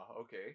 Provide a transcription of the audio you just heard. okay